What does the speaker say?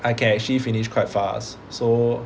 I can actually finish quite fast so